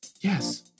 Yes